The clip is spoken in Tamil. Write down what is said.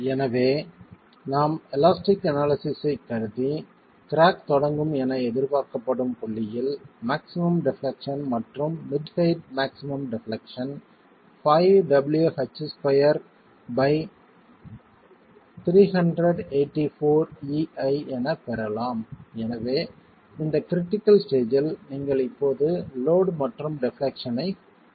எனவே நாம் எலாஸ்டிக் அனாலிசிஸ் ஐக் கருதி கிராக் தொடங்கும் என எதிர்பார்க்கப்படும் புள்ளியில் மாக்ஸிமம் டெப்லெக்சன் மற்றும் மிட் ஹெயிட் மாக்ஸிமம் டெப்லெக்சன் எனப் பெறலாம் எனவே இந்த கிரிட்டிகள் ஸ்டேஜ்ஜில் நீங்கள் இப்போது லோட் மற்றும் டெப்லெக்சன் ஐப் பெற்றுள்ளீர்கள்